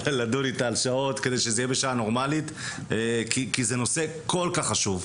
נושא כל כך חשוב.